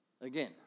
Again